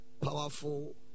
powerful